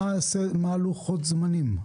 מה לגבי לוחות הזמנים?